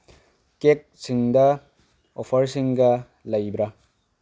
ꯀꯦꯛꯁꯤꯡꯗ ꯑꯣꯐꯔꯁꯤꯡꯒ ꯂꯩꯕ꯭ꯔꯥ